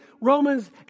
Romans